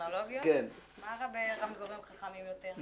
מה רע ברמזורים חכמים יותר?